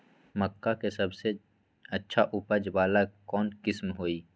मक्का के सबसे अच्छा उपज वाला कौन किस्म होई?